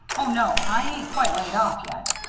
oh, no, i ain't quite laid off yet.